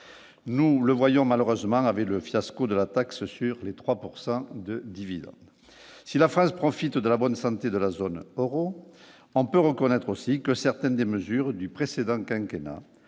nous le voyons malheureusement avait le fiasco de la taxe sur les 3 pourcent de dividende, si la France profite de la bonne santé de la zone Euro, on peut reconnaître aussi que certaines des mesures du précédent quinquennat